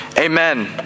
Amen